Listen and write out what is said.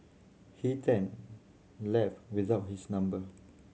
he then left without his number